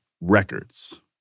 records